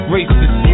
Racist